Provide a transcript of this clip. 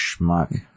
Schmuck